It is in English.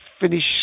Finish